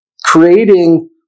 creating